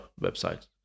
websites